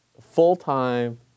full-time